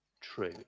true